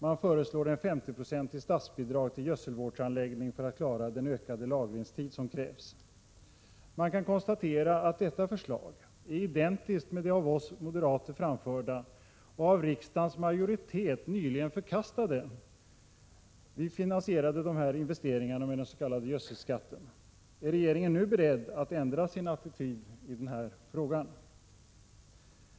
Man föreslår ett 50-procentigt statsbidrag till gödselvårdsanläggning för att klara den ökade lagringstid som krävs. Man kan konstatera att detta förslag är identiskt med det av oss moderater framförda och av riksdagens majoritet nyligen förkastade. Vi finansierade dessa investeringar med den s.k. gödselskatten. Är regeringen beredd att nu ändra sin attityd i denna fråga?